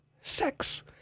sex